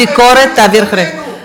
את הביקורת תעביר אחרי.